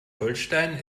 holstein